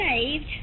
saved